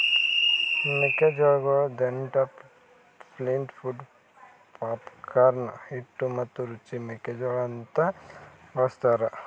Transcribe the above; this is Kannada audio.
ಮೆಕ್ಕಿ ಜೋಳಗೊಳ್ ದೆಂಟ್, ಫ್ಲಿಂಟ್, ಪೊಡ್, ಪಾಪ್ಕಾರ್ನ್, ಹಿಟ್ಟು ಮತ್ತ ರುಚಿ ಮೆಕ್ಕಿ ಜೋಳ ಅಂತ್ ಬಳ್ಸತಾರ್